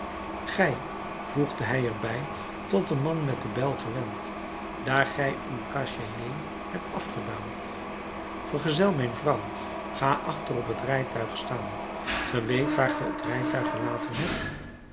gij voegde hij er bij tot den man met de bijl gewend daar gij uw cache-nez hebt afgedaan vergezel mijn vrouw ga achter op het rijtuig staan ge weet waar ge het rijtuig gelaten hebt